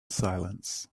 silence